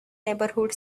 neighborhood